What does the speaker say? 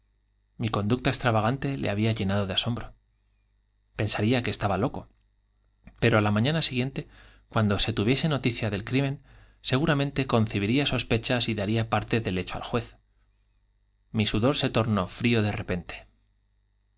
mi conducta extravagante algo le había llenado de asombro pensaría que estaba loco tuviese noticia pem á la mañana siguiente cuando se del crimen seguramenteconcebír ía sospechas y daría parte del hecho al juez mi sudor se tornó frío ele repente